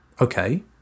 Okay